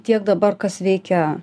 tiek dabar kas veikia